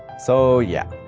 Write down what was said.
so yeah,